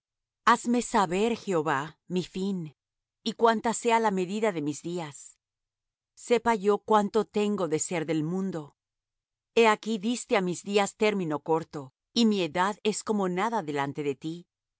hazme saber jehová mi fin y cuánta sea la medida de mis días sepa yo cuánto tengo de ser del mundo he aquí diste á mis días término corto y mi edad es como nada delante de ti